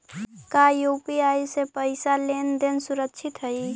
का यू.पी.आई से पईसा के लेन देन सुरक्षित हई?